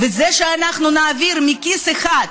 וזה שאנחנו נעביר מכיס אחד,